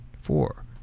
Four